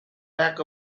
lack